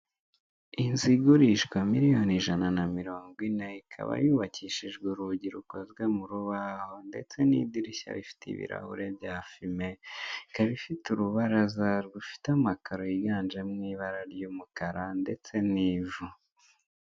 Inzu igurishwa miliyoni ijana na mirongo ine, ikaba yubakishijwe urugi rukozwe mu rubaho, ndetse n'idirishya rifite ibirahure bya fime. Ikaba ifite urubaraza rufite amakaro yiganjemo ibara ry'umukara, ndetse n'ivu.